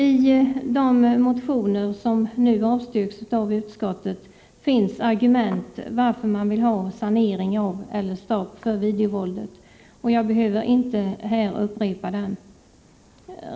I de motioner som nu avstyrkts av utskottet finns argument för sanering av eller stopp för videovåldet, och jag behöver inte upprepa dem.